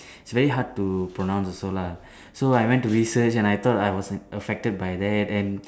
it's very hard to pronounce also lah so I went to research and I thought I was like affected by that and